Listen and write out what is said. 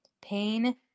Pain